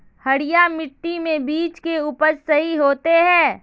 हरिया मिट्टी में बीज के उपज सही होते है?